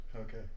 Okay